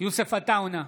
יוסף עטאונה,